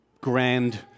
grand